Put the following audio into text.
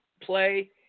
play